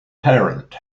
parent